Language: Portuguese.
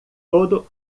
todo